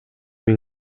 миң